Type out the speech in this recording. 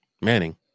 Manning